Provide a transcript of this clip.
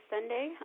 Sunday